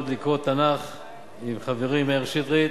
אני אשמח מאוד לקרוא תנ"ך עם חברי מאיר שטרית.